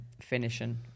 finishing